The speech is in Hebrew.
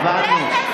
הבנו.